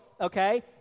okay